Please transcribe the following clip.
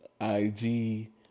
IG